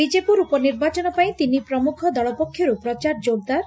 ବିଜେପୁର ଉପନିର୍ବାଚନ ପାଇଁ ତିନି ପ୍ରମୁଖ ଦଳ ପକ୍ଷରୁ ପ୍ରଚାର ଜୋର୍ଦାର୍